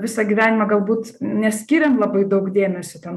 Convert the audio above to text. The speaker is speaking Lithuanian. visą gyvenimą galbūt neskyrėm labai daug dėmesio ten